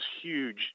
huge